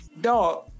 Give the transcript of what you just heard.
dog